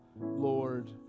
Lord